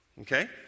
Okay